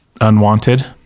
Unwanted